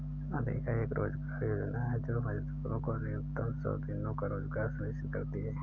मनरेगा एक रोजगार योजना है जो मजदूरों को न्यूनतम सौ दिनों का रोजगार सुनिश्चित करती है